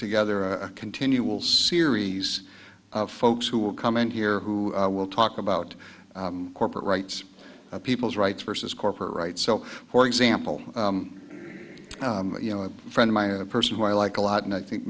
together a continual series of folks who will come in here who will talk about corporate rights people's rights versus corporate rights so for example you know a friend of mine a person who i like a lot and i think